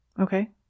Okay